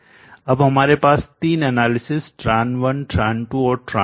अब हमारे पास तीन एनालिसिसविश्लेषण tran1 tran2और tran3 हैं